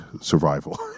survival